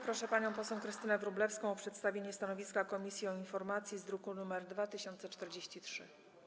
Proszę panią poseł Krystynę Wróblewską o przedstawienie stanowiska komisji wobec informacji z druku nr 2043.